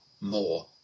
more